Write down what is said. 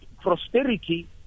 prosperity